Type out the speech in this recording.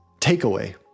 takeaway